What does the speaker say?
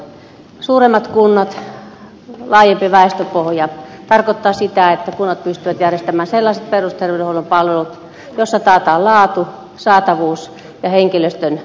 suuremmat kunnat ja laajempi väestöpohja tarkoittavat sitä että kunnat pystyvät järjestämään sellaiset perusterveydenhuollon palvelut joissa taataan laatu saatavuus ja henkilöstön mitoitukset riittävät